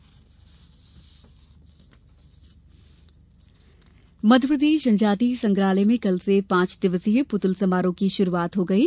पुतुल समारोह मध्यप्रदेश जनजातीय संग्रहालय में कल से पांच दिवसीय पुतुल समारोह की शुरूआत हो गई है